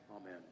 amen